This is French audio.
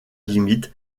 limite